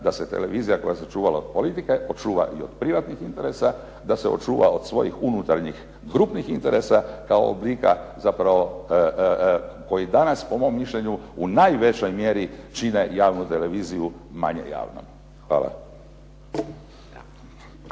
da se televizija koja se očuvala od politike očuva i od privatnih interesa, da se očuva od svojih unutarnjih grupnih interesa kao oblika zapravo koji danas po mom mišljenju u najvećoj mjeri čine javnu televiziju manje javnom. Hvala.